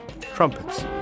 trumpets